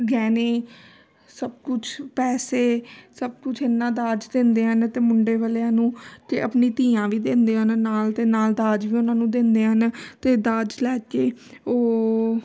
ਗਹਿਣੇ ਸਭ ਕੁਛ ਪੈਸੇ ਸਭ ਕੁਛ ਇੰਨਾ ਦਾਜ ਦਿੰਦੇ ਹਨ ਤੇ ਮੁੰਡੇ ਵਾਲਿਆਂ ਨੂੰ ਤੇ ਆਪਣੀ ਧੀਆਂ ਵੀ ਦਿੰਦੇ ਆ ਨਾਲ ਅਤੇ ਨਾਲ ਦਾਜ ਵੀ ਉਹਨਾਂ ਨੂੰ ਦਿੰਦੇ ਹਨ ਅਤੇ ਦਾਜ ਲੈ ਕੇ ਉਹ